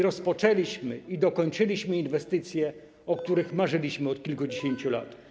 Rozpoczęliśmy i dokończyliśmy inwestycje, o których marzyliśmy od kilkudziesięciu lat.